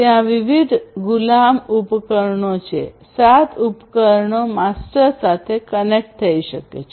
ત્યાં વિવિધ ગુલામ ઉપકરણો છે 7 ઉપકરણો માસ્ટર સાથે કનેક્ટ થઈ શકે છે